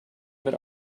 wird